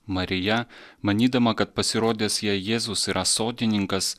marija manydama kad pasirodęs jai jėzus yra sodininkas